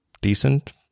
decent